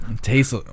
Tastes